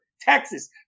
Texas